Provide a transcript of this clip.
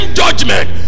judgment